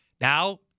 Now